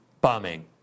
bombing